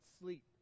sleep